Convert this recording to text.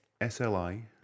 S-L-I